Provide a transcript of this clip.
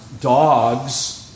dogs